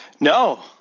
No